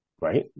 right